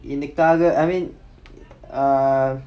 எனக்காக:enakkaaga I mean err